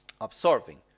absorbing